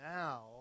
now